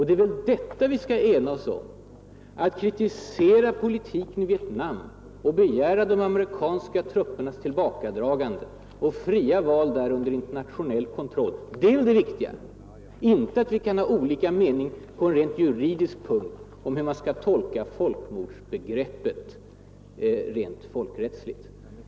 Det är väl detta vi skall ena oss om: att kritisera politiken i Vietnam och begära de amerikanska truppernas tillbakadragande och fria val där under internationell kontroll. Det är ju det viktiga, inte att vi kan ha olika mening på en rent juridisk punkt om hur man skall tolka folkmordsbegreppet folkrättsligt korrekt.